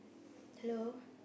hello